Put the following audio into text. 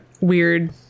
weird